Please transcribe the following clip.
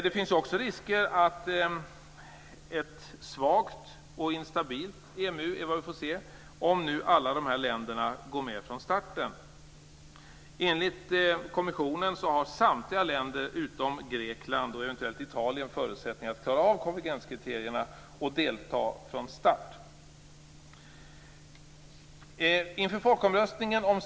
Det finns också risker för att vi nu får se ett svagt och instabilt EMU om alla dessa länder går med från starten. Enligt kommissionen har samtliga länder utom Grekland och eventuellt Italien förutsättningar att klara av konvergenskriterierna och delta från start.